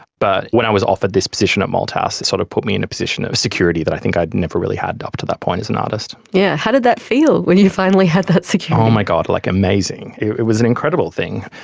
but when i was offered this position at malthouse, it sort of put me in a position of security that i think i'd never really had up to that point as an artist. yeah how did that feel when you finally had that security? oh my god like amazing, it was an incredible thing.